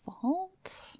fault